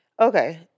Okay